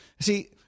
see